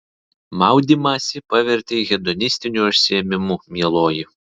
maudymąsi pavertei hedonistiniu užsiėmimu mieloji